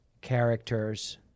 characters